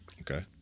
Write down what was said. okay